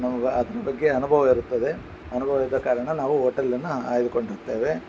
ನಮ್ಗೆ ಅದರ ಬಗ್ಗೆ ಅನುಭವ ಇರುತ್ತದೆ ಅನುಭವ ಇದ್ದ ಕಾರಣ ನಾವು ಹೋಟೆಲ್ ಅನ್ನು ಆಯ್ದುಕೊಂಡಿರುತ್ತೇವೆ